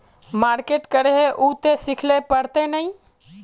Market करे है उ ते सिखले पड़ते नय?